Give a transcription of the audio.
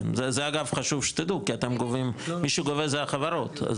כן, זה אגב, חשוב שתדעו, כי מי שגובה זה החברות.